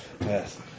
yes